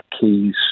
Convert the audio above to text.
keys